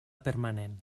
permanent